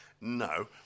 No